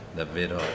davvero